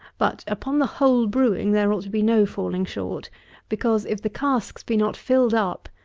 but, upon the whole brewing, there ought to be no falling short because, if the casks be not filled up,